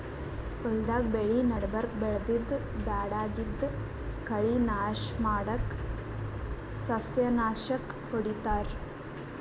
ಹೊಲ್ದಾಗ್ ಬೆಳಿ ನಡಬರ್ಕ್ ಬೆಳ್ದಿದ್ದ್ ಬ್ಯಾಡಗಿದ್ದ್ ಕಳಿ ನಾಶ್ ಮಾಡಕ್ಕ್ ಸಸ್ಯನಾಶಕ್ ಹೊಡಿತಾರ್